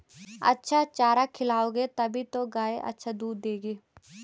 अच्छा चारा खिलाओगे तभी तो गाय अच्छा दूध देगी